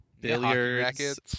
billiards